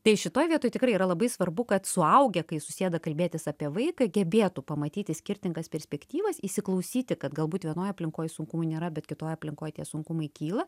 tai šitoj vietoj tikrai yra labai svarbu kad suaugę kai susėda kalbėtis apie vaiką gebėtų pamatyti skirtingas perspektyvas įsiklausyti kad galbūt vienoj aplinkoj sunkumų nėra bet kitoj aplinkoj tie sunkumai kyla